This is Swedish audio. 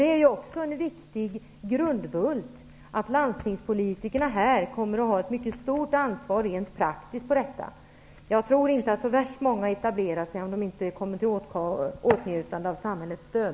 Det är en viktig grundbult att landstingspolitikerna rent praktiskt kommer att ha ett mycket stort ansvar för detta. Jag tror inte att så värst många läkare etablerar sig om de inte kommer i åtnjutande av samhällets stöd.